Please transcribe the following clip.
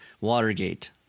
Watergate